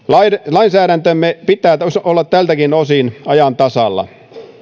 lainsäädäntömme pitää olla tältäkin osin ajan tasalla